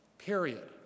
period